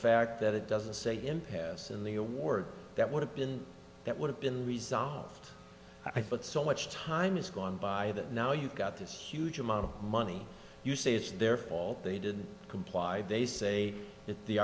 fact that it doesn't say impasse in the award that would have been that would have been resolved i put so much time has gone by that now you've got this huge amount of money you say it's their fault they didn't comply they say that the